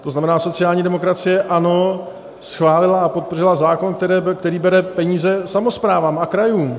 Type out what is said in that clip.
To znamená, sociální demokracie, ano, schválila a podpořila zákon, který bere peníze samosprávám a krajům.